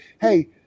hey